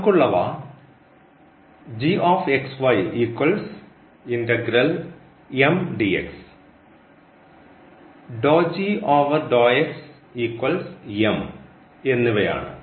നമുക്കുള്ളവ എന്നിവയാണ്